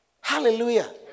Hallelujah